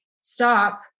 stop